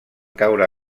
caure